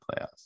playoffs